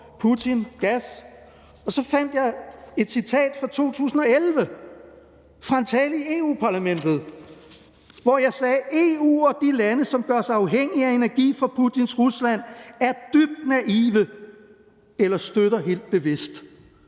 Putin, gas, og så fandt jeg et citat fra 2011 fra en tale i EU-Parlamentet, hvor jeg sagde, at EU og de lande, som gør sig afhængige af energi fra Putins Rusland, er dybt naive eller støtter helt bevidst